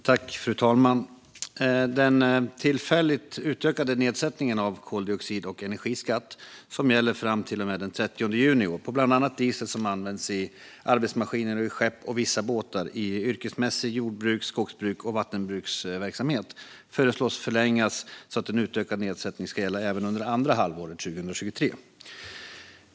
Fru talman! Den tillfälligt utökade nedsättningen av koldioxid och energiskatt, som gäller fram till och med den 30 juni i år, på bland annat diesel som används i arbetsmaskiner och i skepp och vissa båtar i yrkesmässig jordbruks, skogsbruks och vattenbruksverksamhet föreslås bli förlängd så att en utökad nedsättning ska gälla även under det andra halvåret 2023.